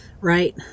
Right